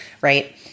Right